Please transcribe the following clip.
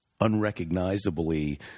Unrecognizably